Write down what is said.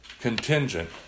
Contingent